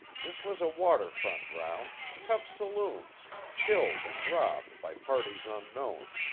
this was a water-front row tough saloon killed and robbed by parties unknown.